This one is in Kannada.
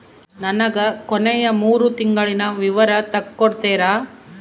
ನನಗ ಕೊನೆಯ ಮೂರು ತಿಂಗಳಿನ ವಿವರ ತಕ್ಕೊಡ್ತೇರಾ?